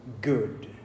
good